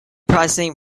processing